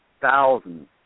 thousands